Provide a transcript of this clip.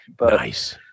Nice